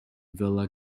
villa